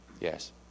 yes